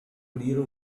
clear